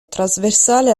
trasversale